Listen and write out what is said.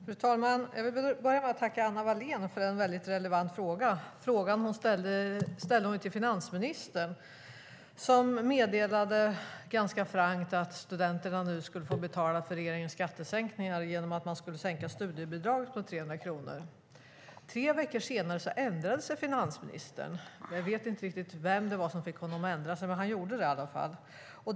Fru talman! Jag vill börja med att tacka Anna Wallén för en väldigt relevant fråga. Den ställde hon till finansministern, som meddelade ganska frankt att studenterna nu skulle få betala för regeringens skattesänkningar genom att man skulle sänka studiebidraget med 300 kronor. Tre veckor senare ändrade sig finansministern. Jag vet inte riktigt vem det var som fick honom att ändra sig, men han gjorde det i alla fall.